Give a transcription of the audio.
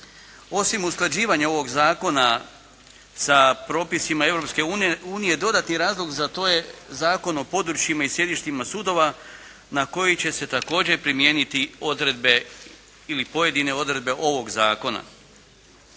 Osim usklađivanja ovog zakona sa propisima Europske unije, dodatni razlog za to je Zakon o područjima i sjedištima sudova na koji će se također primijeniti odredbe ili pojedine odredbe ovog zakona.